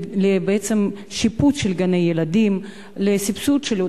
בעצם לשיפוץ של גני-ילדים,